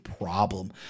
problem